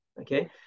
Okay